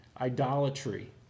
idolatry